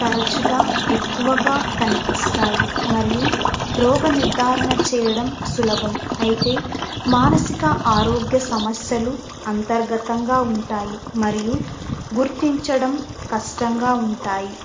తరచుగా ఎక్కువగా కనిపిస్తాయి మరియు రోగ నిర్ధారణ చెయ్యడం సులభం అయితే మానసిక ఆరోగ్య సమస్యలు అంతర్గతంగా ఉంటాయి మరియు గుర్తించడం కష్టంగా ఉంటాయి